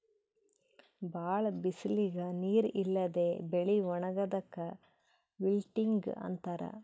ಭಾಳ್ ಬಿಸಲಿಗ್ ನೀರ್ ಇಲ್ಲದೆ ಬೆಳಿ ಒಣಗದಾಕ್ ವಿಲ್ಟಿಂಗ್ ಅಂತಾರ್